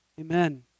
Amen